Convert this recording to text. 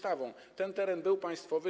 Ten teren był państwowy.